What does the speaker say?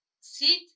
sit